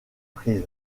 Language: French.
prise